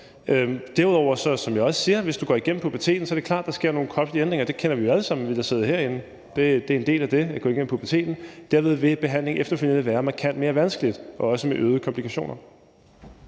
Derudover – som jeg også siger – hvis du går igennem puberteten, er det klart, at der sker nogle kropslige ændringer. Det kender vi, der sidder herinde, jo alle sammen. Det er en del af det at gå igennem puberteten. Derved vil behandling efterfølgende være markant mere vanskelig og også med øgede komplikationer.